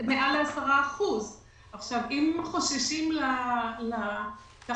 מעל 10%. אם חוששים לתחרות,